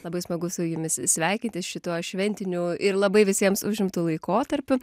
labai smagu su jumis sveikintis šituo šventiniu ir labai visiems užimtu laikotarpiu